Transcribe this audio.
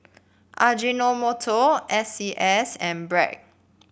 Ajinomoto S C S and Bragg